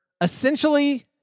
essentially